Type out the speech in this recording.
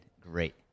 great